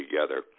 together